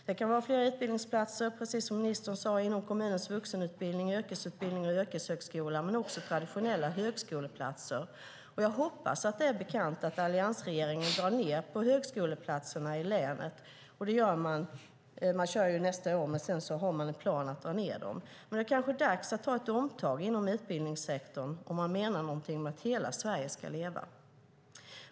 Det kan vara fråga om fler utbildningsplatser, precis som ministern sade, inom kommunens vuxenutbildning, yrkesutbildning och yrkeshögskolan samt traditionella högskoleplatser. Jag hoppas att det är bekant att alliansregeringen drar ned på högskoleplatserna i länet. Utbildningarna kör på nästa år, men sedan finns en plan att dra ned på antalet platser. Det är kanske dags att göra ett omtag inom utbildningssektorn om man menar något med att hela Sverige ska leva.